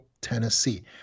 tennessee